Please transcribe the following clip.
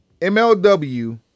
MLW